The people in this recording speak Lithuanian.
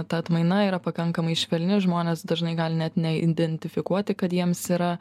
ta atmaina yra pakankamai švelni žmonės dažnai gali net neidentifikuoti kad jiems yra